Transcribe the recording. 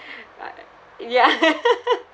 ya